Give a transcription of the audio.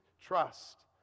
trust